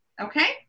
okay